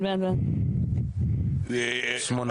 שמונה.